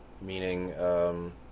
meaning